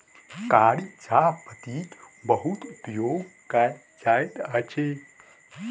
कारी चाह पत्तीक बहुत उपयोग कयल जाइत अछि